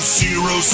zero